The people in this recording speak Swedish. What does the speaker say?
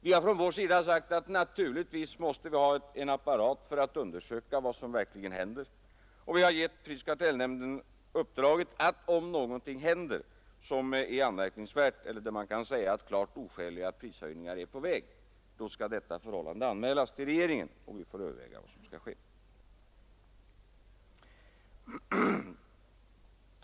Vi har från vår sida sagt att vi naturligtvis måste ha en apparat för att undersöka vad som verkligen händer, och vi har gett prisoch kartellnämnden uppdraget att om något händer som är anmärkningsvärt eller där man kan säga att klart oskäliga prishöjningar är på väg, då skall detta förhållande anmälas till regeringen som sedan får överväga vad som skall ske.